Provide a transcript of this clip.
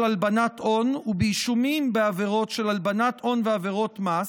הלבנת הון ובאישומים בעבירות של הלבנת הון ועבירות מס,